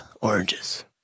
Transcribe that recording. oranges